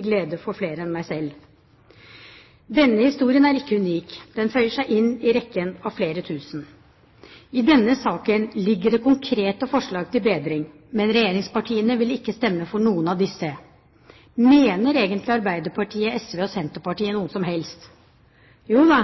glede for flere enn meg selv. Denne historien er ikke unik, den føyer seg inn i rekken av flere tusen. I denne saken ligger det konkrete forslag til bedring, men regjeringspartiene vil ikke stemme for noen av disse. Mener egentlig Arbeiderpartiet, SV og Senterpartiet noe som helst? Jo da,